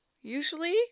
usually